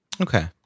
okay